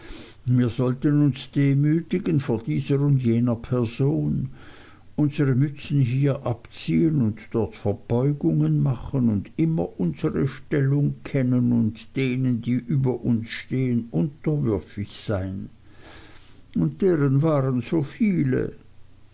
mir sollten uns demütigen vor dieser und jener person unsere mützen hier abziehen und dort verbeugungen machen und immer unsere stellung kennen und denen die über uns stehen unterwürfig sein und deren waren so viele